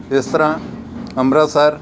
ਇਸ ਤਰ੍ਹਾਂ ਅੰਮ੍ਰਿਤਸਰ